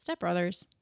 stepbrothers